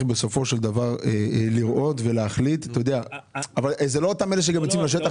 בסופו של דבר לראות ולהחליט אבל זה לא אותם אלה שגם יוצאים לשטח.